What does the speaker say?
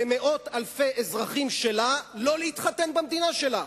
למאות אלפי אזרחים שלה להתחתן במדינה שלהם.